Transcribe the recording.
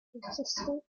rochester